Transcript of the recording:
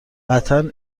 قطعا